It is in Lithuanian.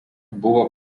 buvo